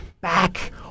back